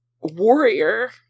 warrior